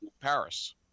Paris